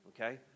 okay